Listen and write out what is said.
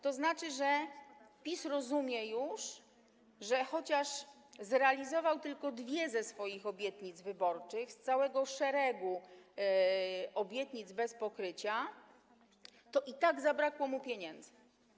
To oznacza, że PiS już rozumie, że chociaż zrealizował tylko dwie ze swoich obietnic wyborczych, z całego szeregu obietnic bez pokrycia, to i tak zabrakło mu pieniędzy.